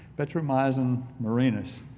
vetrimyosin renus,